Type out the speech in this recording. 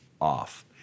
off